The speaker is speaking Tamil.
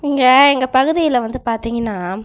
இங்கே எங்கள் பகுதியில் வந்து பார்த்தீங்கன்னா